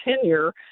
tenure